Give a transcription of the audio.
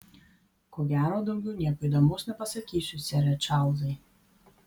ko gero daugiau nieko įdomaus nepasakysiu sere čarlzai